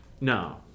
no